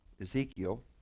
Ezekiel